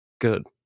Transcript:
Good